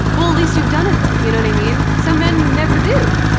well at least you've done it though, you know what i mean? some men never do.